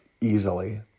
easily